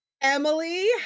Emily